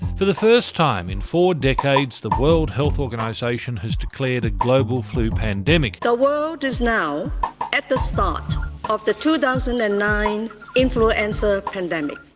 for the first time in four decades the world health organisation has declared a global flu pandemic. the world is now at the start of the two thousand and nine influenza pandemic.